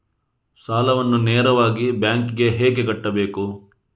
ಸಾಲವನ್ನು ನೇರವಾಗಿ ಬ್ಯಾಂಕ್ ಗೆ ಹೇಗೆ ಕಟ್ಟಬೇಕು?